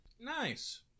Nice